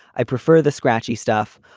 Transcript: i prefer the scratchy stuff.